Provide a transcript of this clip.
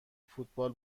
فوتبال